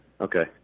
Okay